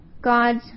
God's